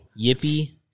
Yippee